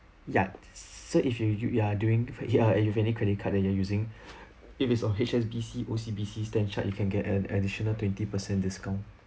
ya so if you use you are doing ya if you have any credit card that you are using if is uh H_S_B_C O_C_B_C stan chart you can get an additional twenty percent discount